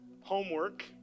homework